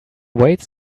weights